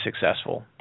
successful